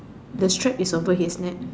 the strap is over his neck